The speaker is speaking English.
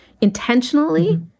intentionally